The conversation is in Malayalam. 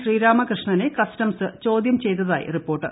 ശ്രീരാമകൃഷ്ണനെ കസ്റ്റംസ് ചോദ്യം ചെയ്തതായി റിപ്പോർട്ട്